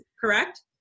correct